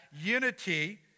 unity